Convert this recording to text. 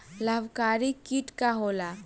लाभकारी कीट का होला?